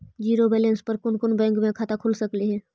Zero balance पर कोन कोन बैंक में खाता खुल सकले हे?